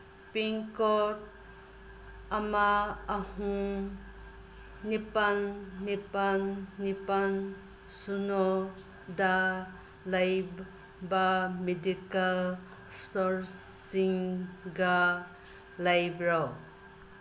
pincode ꯑꯃ ꯑꯍꯨꯝ ꯅꯤꯄꯥꯟ ꯅꯤꯄꯥꯟ ꯅꯤꯄꯥꯟ ꯁꯨꯅꯣ ꯗ ꯂꯩꯕ ꯃꯤꯗꯤꯀꯦꯜ ꯏꯁꯇꯣꯔꯁꯤꯡꯒ ꯂꯩꯕ꯭ꯔꯣ